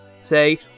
say